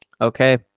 Okay